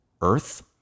Earth